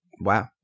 Wow